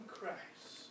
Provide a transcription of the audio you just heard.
Christ